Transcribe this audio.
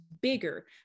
bigger